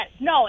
no